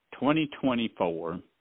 2024